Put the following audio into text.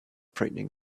frightening